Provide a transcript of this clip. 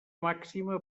màxima